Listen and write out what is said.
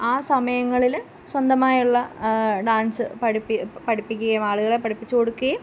ആ സമയങ്ങളിൽ സ്വന്തമായുള്ള ഡാന്സ് പഠിപ്പിക്കുകയും ആളുകളെ പഠിപ്പിച്ചു കൊടുക്കുകയും